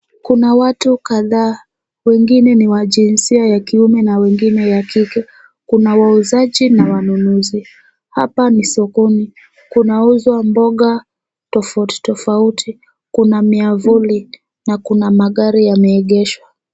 Kuna watu kadhaa. Wengine ni wa jinsia ya kiume na wengine ya kike. Kuna wauzaji na wanunuzi. Hapa ni sokoni, kunauzwa mboga tofauti tofauti. Kuna miavuli na kuna magari yameegeshwa.